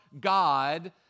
God